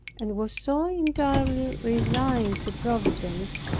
and was so entirely resigned to providence,